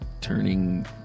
turning